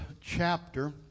chapter